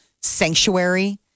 sanctuary